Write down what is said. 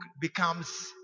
becomes